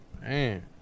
Man